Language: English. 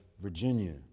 Virginia